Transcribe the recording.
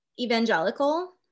evangelical